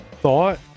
thought